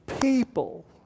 people